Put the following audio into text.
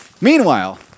Meanwhile